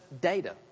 data